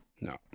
No